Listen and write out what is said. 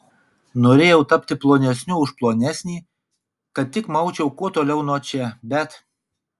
norėjau tapti plonesniu už plonesnį kad tik maučiau kuo toliau nuo čia bet